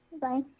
Bye